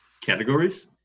categories